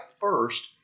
first